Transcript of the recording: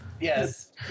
Yes